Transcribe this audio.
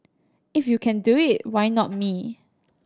if you can do it why not me